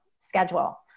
schedule